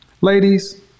Ladies